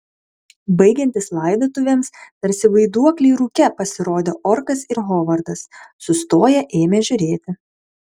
baigiantis laidotuvėms tarsi vaiduokliai rūke pasirodė orkas ir hovardas sustoję ėmė žiūrėti